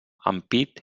ampit